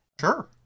Sure